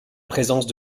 présence